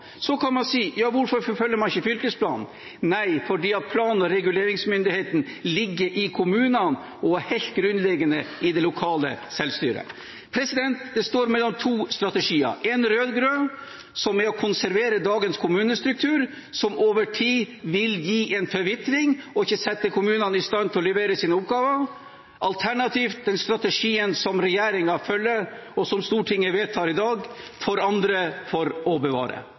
Så kan man spørre: Hvorfor forfølger man ikke fylkesplanen? Nei, fordi plan- og reguleringsmyndigheten ligger i kommunene og er helt grunnleggende i det lokale selvstyret. Det står mellom to strategier: en rød-grønn, som er å konservere dagens kommunestruktur, som over tid vil gi en forvitring og ikke sette kommunene i stand til å levere sine oppgaver, alternativt den strategien som regjeringen følger, og som Stortinget vedtar i dag, å forandre for å bevare.